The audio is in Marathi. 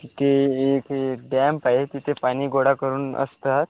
तिथे एक डॅम्प आहे तिथे पाणी गोळा करून असतात